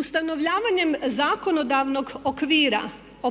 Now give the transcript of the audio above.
Ustanovljavanjem zakonodavnog okvira